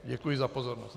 Děkuji za pozornost.